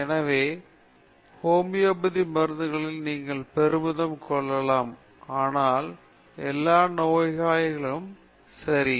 எனவே ஹோமியோபதி மருந்துகளில் நீங்கள் பெருமிதம் கொள்ளலாம் ஆனால் எல்லா நோயாளிகளிலும் சரி